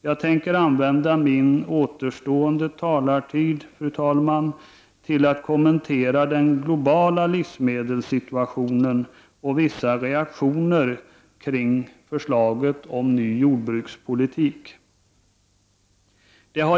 Jag tänker använda min återstående talartid, fru talman, för att kommentera den globala livsmedelssituationen och vissa reaktioner kring förslaget om den nya jordbrukspolitiken.